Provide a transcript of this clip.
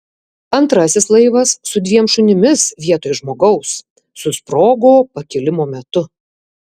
antrasis laivas su dviem šunimis vietoj žmogaus susprogo pakilimo metu